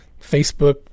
Facebook